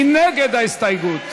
מי נגד ההסתייגות?